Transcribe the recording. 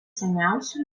seniausių